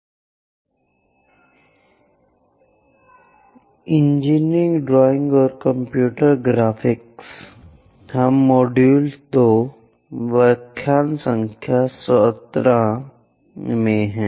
conic अनुभाग IX engineering drawing और computer graphics हम मॉड्यूल नंबर 2 व्याख्यान संख्या 17 में हैं